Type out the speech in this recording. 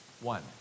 one